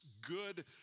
good